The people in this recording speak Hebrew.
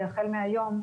החל מהיום,